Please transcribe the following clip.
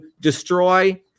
destroy